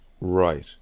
Right